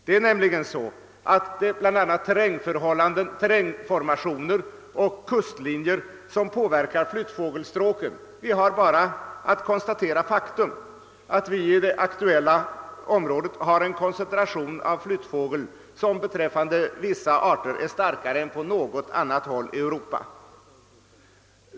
Det är så att bl.a. terrängformation och kustlinjer påverkar flyttfågelsstråken; vi har bara att konstatera faktum, att vi i det aktuella området har en koncentration av flyttfågel, som för vissa arter är starkare än på något annat håll i Europa.